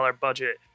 budget